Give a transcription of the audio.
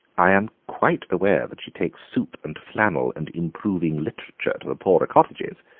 i am quite aware that she takes soup and flannel and improving literature to the poorer cottagers,